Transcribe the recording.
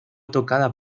tocada